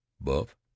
buff